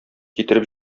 китереп